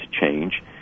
change